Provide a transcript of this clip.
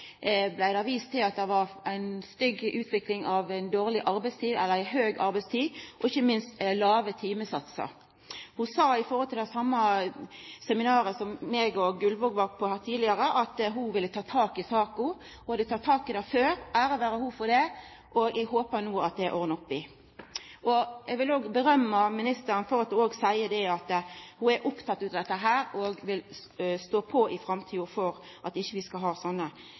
ikkje minst lave timesatsar. Ho sa på det same seminaret som eg og Gullvåg var på tidlegare, at ho ville ta tak i saka. Ho hadde teke tak i dette før – ære vere ho for det – og eg håpar no at det er ordna opp i. Eg vil rosa ministeren for at ho seier at ho er oppteken av dette og vil stå på for at vi i framtida ikkje skal ha slikt dårleg grunnlag for